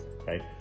okay